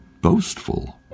boastful